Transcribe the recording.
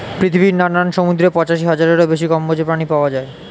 পৃথিবীর নানান সমুদ্রে পঁচাশি হাজারেরও বেশি কম্বোজ প্রাণী পাওয়া যায়